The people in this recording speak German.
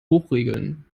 hochregeln